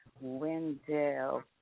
Wendell